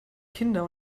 kinder